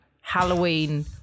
Halloween